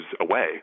away